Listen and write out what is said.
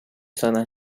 cenę